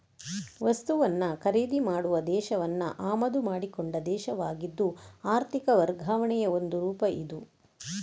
ವಸ್ತುವನ್ನ ಖರೀದಿ ಮಾಡುವ ದೇಶವನ್ನ ಆಮದು ಮಾಡಿಕೊಂಡ ದೇಶವಾಗಿದ್ದು ಆರ್ಥಿಕ ವರ್ಗಾವಣೆಯ ಒಂದು ರೂಪ ಇದು